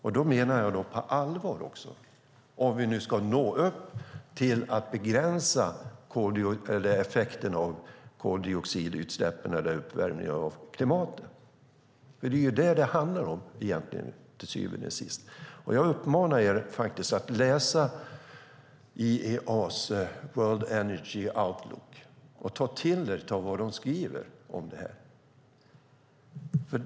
Jag menar att detta måste göras om vi på allvar ska nå upp till en begränsning av effekten av koldioxidutsläppen eller uppvärmningen av klimatet. Det är till syvende och sist vad det handlar om. Jag uppmanar er att läsa IEA:s World Energy Outlook och ta till er av vad de skriver om detta.